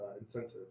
incentive